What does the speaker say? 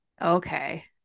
Okay